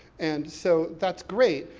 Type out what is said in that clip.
and so that's great,